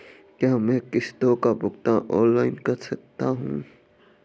क्या मैं किश्तों का भुगतान ऑनलाइन कर सकता हूँ?